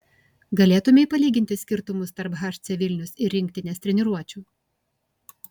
galėtumei palyginti skirtumus tarp hc vilnius ir rinktinės treniruočių